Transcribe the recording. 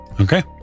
Okay